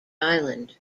island